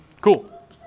Cool